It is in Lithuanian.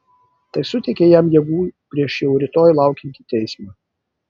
tai suteikia jam jėgų prieš jau rytoj laukiantį teismą